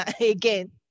again